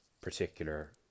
particular